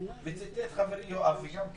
וציטט חברי יואב וגם קארין,